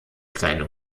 kleine